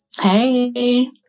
Hey